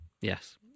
Yes